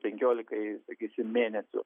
penkiolikai sakysim mėnesių